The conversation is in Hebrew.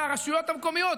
והרשויות המקומיות,